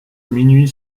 minuit